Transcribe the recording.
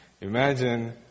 Imagine